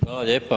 Hvala lijepa.